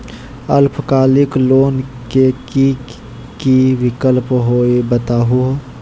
अल्पकालिक लोन के कि कि विक्लप हई बताहु हो?